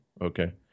Okay